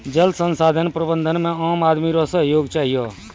जल संसाधन प्रबंधन मे आम आदमी रो सहयोग चहियो